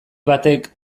batek